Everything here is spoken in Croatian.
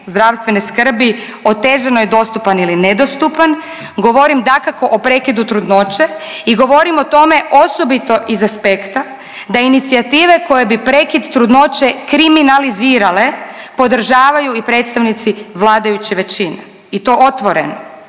zdravstvene skrbi otežano je dostupan ili nedostupan. Govorim dakako o prekidu trudnoće i govorim o tome osobito iz aspekta da inicijative koje bi prekid trudnoće kriminalizirale podržavaju i predstavnici vladajuće većine i to otvoreno.